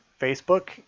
Facebook